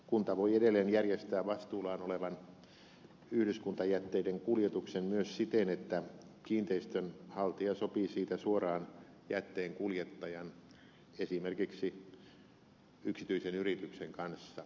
kunta voi edelleen järjestää vastuullaan olevan yhdyskuntajätteiden kuljetuksen myös siten että kiinteistön haltija sopii siitä suoraan jätteenkuljettajan esimerkiksi yksityisen yrityksen kanssa